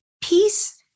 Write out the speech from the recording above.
peace